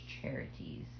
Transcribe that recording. charities